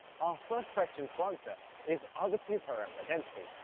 our first question to answer is are the two programs identical?